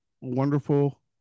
wonderful